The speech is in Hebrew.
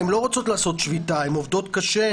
הן לא רוצות לעשות שביתה הן עובדות קשה,